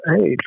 age